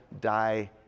die